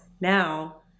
now